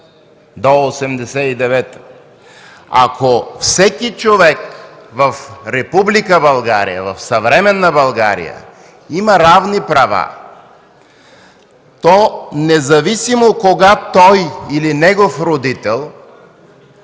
до 1989 г. Ако всеки човек в Република България, в съвременна България има равни права, то независимо кога той или негов родител